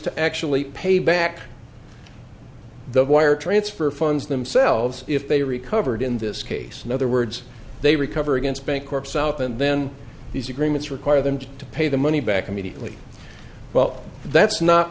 to actually pay back the wire transfer funds themselves if they recovered in this case in other words they recover against bancorp south and then these agreements require them to pay the money back immediately well that's not